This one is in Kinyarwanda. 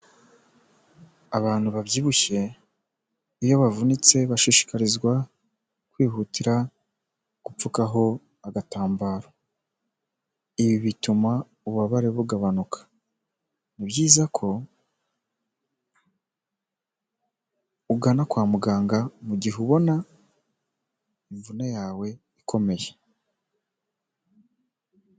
Abantu babyibushye iyo bavunitse bashishikarizwa kwihutira gupfukaho agatambaro, ibi bituma ububabare bugabanuka, ni byiza ko ugana kwa muganga mu gihe ubona imvune yawe ikomeye.